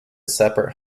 separate